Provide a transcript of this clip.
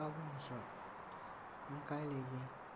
ꯇꯥꯕꯔꯣ ꯃꯨꯁꯞ ꯅꯪ ꯀꯥꯏ ꯂꯩꯒꯦ